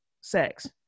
sex